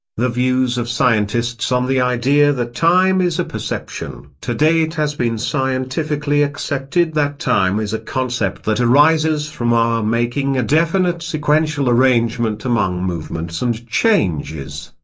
the views of scientists on the idea that time is a perception today it has been scientifically accepted that time is a concept that arises from our making a definite sequential arrangement among movements and changes.